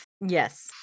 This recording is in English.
Yes